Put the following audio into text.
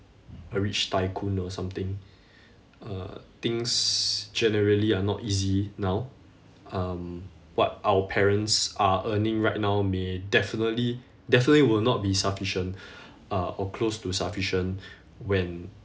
a rich tycoon or something uh things generally are not easy now um what our parents are earning right now may definitely definitely will not be sufficient uh or close to sufficient when